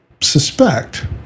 suspect